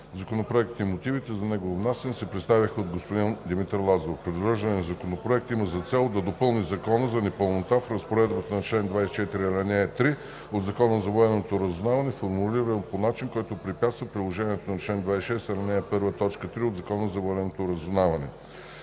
Законопроектът и мотивите за неговото внасяне се представиха от господин Димитър Лазаров. Предложеният законопроект има за цел да допълни законова непълнота в разпоредбата на чл. 24, ал. 3 от Закона за военното разузнаване, формулирана по начин, който препятства приложението на чл. 26, ал. 1, т. 3 от Закона за военното разузнаване.